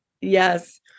Yes